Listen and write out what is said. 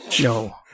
No